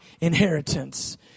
inheritance